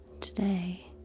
Today